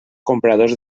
compradors